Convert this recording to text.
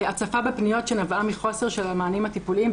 הצפה בפניות שנבעה מחוסר של מענים הטיפוליים.